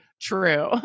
true